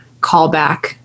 callback